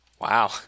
Wow